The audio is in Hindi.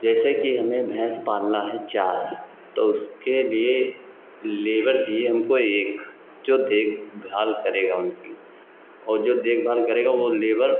जैसे कि हमें भैँस पालना है चार तो उसके लिए लेबर चाहिए हमको एक जो देखभाल करेगा उनकी और जो देखभाल करेगा वह लेबर